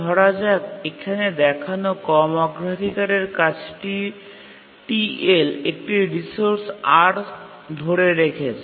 ধরা যাক এখানে দেখানো কম অগ্রাধিকারের কাজটি T L একটি রিসোর্স R ধরে রেখেছে